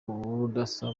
budasa